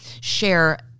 share